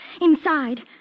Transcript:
inside